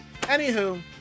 Anywho